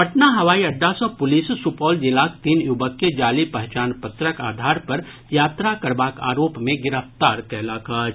पटना हवाई अड्डा सँ पुलिस सुपौल जिलाक तीन युवक के जाली पहचान पत्रक आधार पर यात्रा करबाक आरोप मे गिरफ्तार कयलक अछि